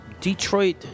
Detroit